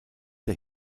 der